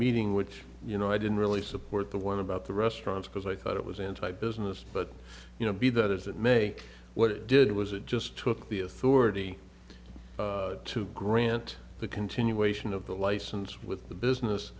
meeting which you know i didn't really support the one about the restaurants because i thought it was anti business but you know be that as it may what it did was it just took the authority to grant the continuation of the license with the business